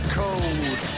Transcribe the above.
cold